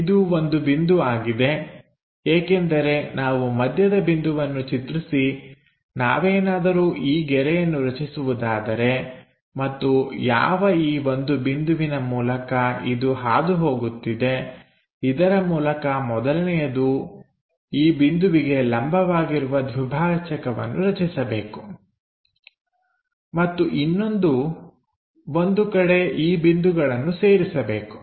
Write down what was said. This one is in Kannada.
ಇದು ಒಂದು ಬಿಂದು ಆಗಿದೆ ಏಕೆಂದರೆ ನಾವು ಮಧ್ಯದ ಬಿಂದುವನ್ನು ಚಿತ್ರಿಸಿ ನಾವೇನಾದರೂ ಈ ಗೆರೆಯನ್ನು ರಚಿಸುವುದಾದರೆ ಮತ್ತು ಯಾವ ಈ ಒಂದು ಬಿಂದುವಿನ ಮೂಲಕ ಇದು ಹಾದು ಹೋಗುತ್ತಿದೆಇದರ ಮೂಲಕ ಮೊದಲನೆಯದು ಈ ಬಿಂದುವಿಗೆ ಲಂಬವಾಗಿರುವ ದ್ವಿಭಾಜಕವನ್ನು ರಚಿಸಬೇಕು ಮತ್ತು ಇನ್ನೊಂದು ಒಂದು ಕಡೆ ಈ ಬಿಂದುಗಳನ್ನು ಸೇರಿಸಬೇಕು